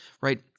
right